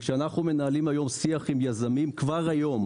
אשר אנחנו מנהלים היום שיח עם יזמים, כבר היום